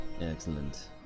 Excellent